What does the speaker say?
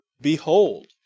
Behold